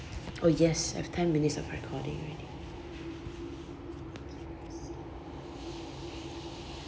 oh yes I have ten minutes of recording already